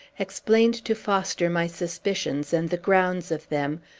explained to foster my suspicions, and the grounds of them,